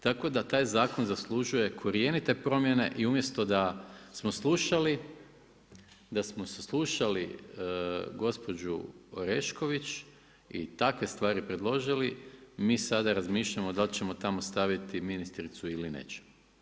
Tako da taj zakon zaslužuje korjenite promjene i umjesto da smo slušali, da smo saslušali gospođu Orešković i takve stvari predložili mi sada razmišljamo da li ćemo tamo staviti ministricu ili nećemo.